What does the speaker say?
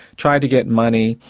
tried to get money,